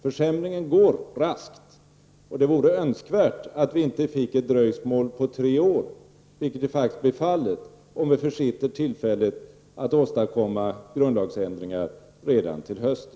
Försämringen går raskt, och det vore önskvärt att vi inte fick ett dröjsmål på tre år, vilket faktiskt blir fallet om vi försitter tillfället att åstadkomma grundlagsändringar redan till hösten.